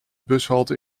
bushalte